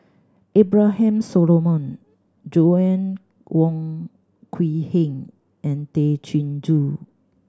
Abraham Solomon Joanna Wong Quee Heng and Tay Chin Joo